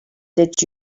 did